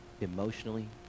emotionally